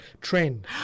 trend